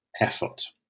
effort